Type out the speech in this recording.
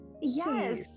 Yes